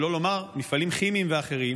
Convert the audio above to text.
שלא לומר מפעלים כימיים ואחרים,